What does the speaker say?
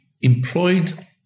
employed